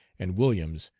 and williams,